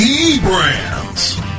E-Brands